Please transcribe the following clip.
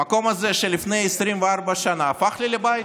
המקום הזה שלפני 24 שנה הפך לי לבית.